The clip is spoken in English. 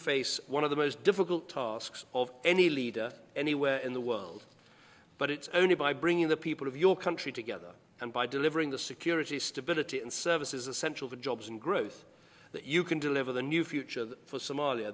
face one of the most difficult tasks of any leader anywhere in the world but it's only by bringing the people of your country together and by delivering the security stability and services essential to jobs and growth that you can deliver the new future for somalia